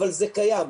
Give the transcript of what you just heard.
אבל זה קיים.